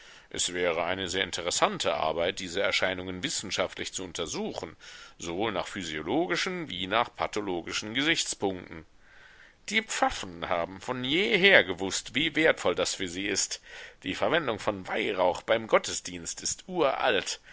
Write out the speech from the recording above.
es wäre eine sehr interessante arbeit diese erscheinungen wissenschaftlich zu untersuchen sowohl nach physiologischen wie nach pathologischen gesichtspunkten die pfaffen haben von jeher gewußt wie wertvoll das für sie ist die verwendung von weihrauch beim gottesdienst ist uralt